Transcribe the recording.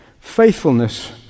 faithfulness